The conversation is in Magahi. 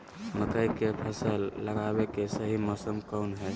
मकई के फसल लगावे के सही मौसम कौन हाय?